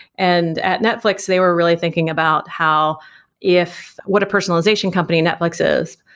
and at netflix, they were really thinking about how if what a personalization company netflix is.